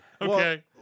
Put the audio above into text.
Okay